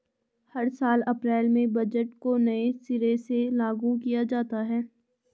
हर साल अप्रैल में बजट को नये सिरे से लागू किया जाता है